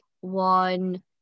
one